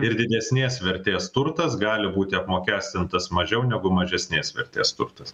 ir didesnės vertės turtas gali būti apmokestintas mažiau negu mažesnės vertės turtas